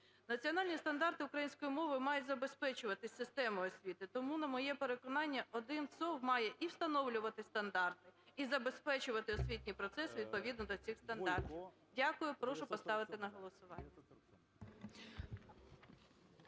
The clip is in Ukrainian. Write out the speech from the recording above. Національні стандарти української мови мають забезпечувати систему освіти. Тому, на моє переконання, один ЦОВВ має і встановлювати стандарти, і забезпечувати освітній процес відповідно до цих стандартів. Дякую. Прошу поставити на голосування.